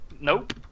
Nope